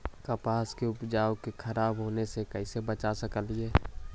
कपास के उपज के खराब होने से कैसे बचा सकेली?